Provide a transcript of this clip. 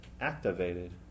activated